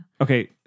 Okay